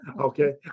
Okay